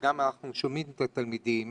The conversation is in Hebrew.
וגם אנחנו שומעים את התלמידים,